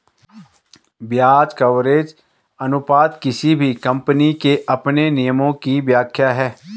ब्याज कवरेज अनुपात किसी भी कम्पनी के अपने नियमों की व्याख्या है